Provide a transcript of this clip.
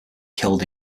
killed